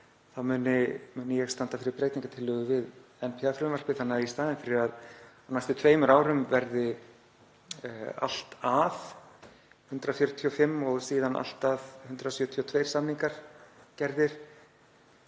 muni ég standa fyrir breytingartillögu við NPA-frumvarpið þannig að í staðinn fyrir að á næstu tveimur árum verði allt að 145 og 172 samningar gerðir,